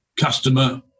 customer